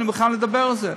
אני מוכן לדבר על זה,